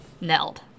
Nailed